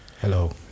Hello